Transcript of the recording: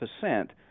percent